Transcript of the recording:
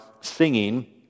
singing